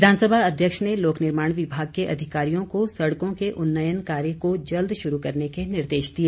विधानसभा अध्यक्ष ने लोक निर्माण विभाग के अधिकारियों को सड़कों के उन्नयन कार्य को जल्द शुरू करने के निर्देश दिए